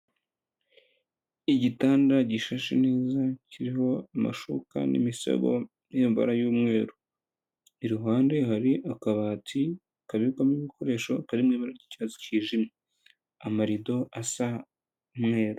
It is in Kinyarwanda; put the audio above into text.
Igitanda gishashe neza kiriho amashuka n'imisego n'imyambaro y'umweru, iruhande hari akabati kabikwamo ibikoresho kari mu ibara ry'icyatsi kijimye, amarido asa umweru.